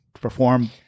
perform